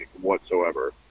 whatsoever